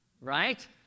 right